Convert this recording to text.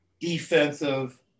defensive